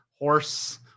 Horse